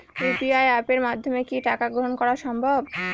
UPI অ্যাপের মাধ্যমে কি টাকা গ্রহণ করাও সম্ভব?